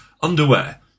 underwear